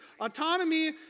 Autonomy